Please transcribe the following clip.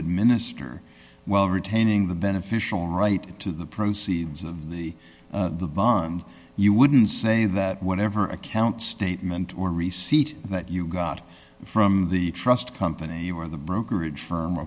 administer while retaining the beneficial right to the proceeds of the the bond you wouldn't say that whatever account statement or receipt that you got from the trust company or the brokerage firm or